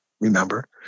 remember